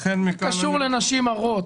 מה זה קשור לנשים הרות?